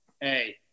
Hey